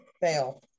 Fail